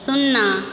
शुन्ना